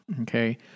okay